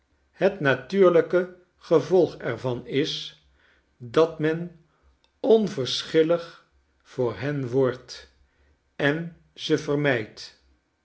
het natuurlijke gevolg er van is dat men onverschillig voor hen wordt en ze vermydt